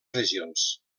regions